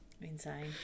insane